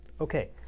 Okay